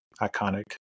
iconic